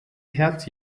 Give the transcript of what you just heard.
herz